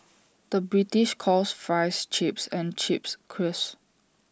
the British calls Fries Chips and Chips Crisps